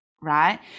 right